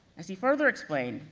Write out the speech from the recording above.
as he further explained,